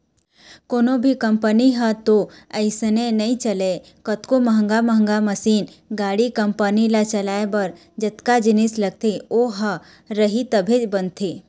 कोनो भी कंपनी ह तो अइसने नइ चलय कतको महंगा महंगा मसीन, गाड़ी, कंपनी ल चलाए बर जतका जिनिस लगथे ओ ह रही तभे बनथे